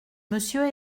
monsieur